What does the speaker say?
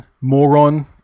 moron